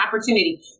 opportunity